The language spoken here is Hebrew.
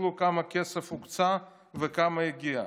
תסתכלו כמה כסף הוקצה וכמה הגיע,